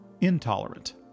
intolerant